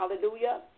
Hallelujah